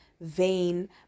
vain